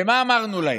ומה אמרנו להן: